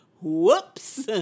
whoops